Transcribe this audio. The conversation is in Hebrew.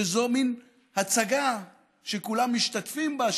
שזו מין הצגה שכולם משתתפים בה,